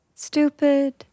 Stupid